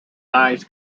nuys